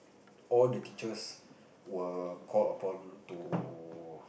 all the teachers were called upon to